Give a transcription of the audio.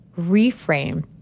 reframe